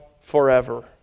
forever